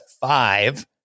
five